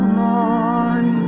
morn